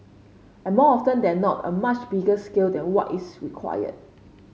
and more often than not a much bigger scale than what is required